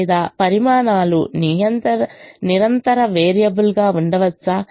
లేదా పరిమాణాలు నిరంతర వేరియబుల్గా ఉండవచ్చా